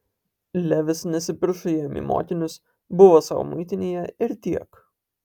levis nesipiršo jam į mokinius buvo sau muitinėje ir tiek